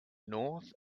north